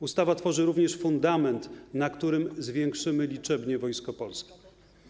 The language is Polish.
Ustawa tworzy również fundament, na którym zwiększymy liczebnie Wojsko Polskie.